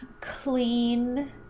clean